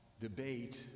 Debate